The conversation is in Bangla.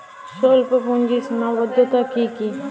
স্বল্পপুঁজির সীমাবদ্ধতা কী কী?